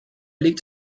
liegt